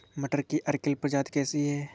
मटर की अर्किल प्रजाति कैसी है?